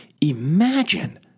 imagine